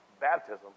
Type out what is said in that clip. baptism